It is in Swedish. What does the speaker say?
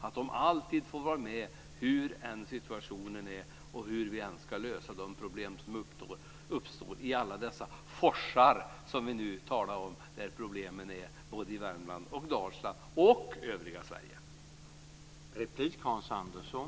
De ska alltid få vara med, hur än situationen är och hur vi än löser de problem som uppstår i alla de "forsar" i Värmland, Dalsland och övriga Sverige som vi talade om.